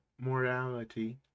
morality